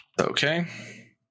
okay